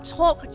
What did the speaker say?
talk